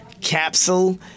capsule